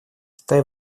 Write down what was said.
китай